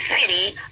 city